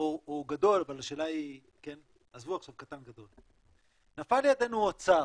או גדול, עזבו עכשיו קטן או גדול, נפל לידנו אוצר